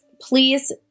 Please